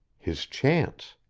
his chance.